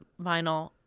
vinyl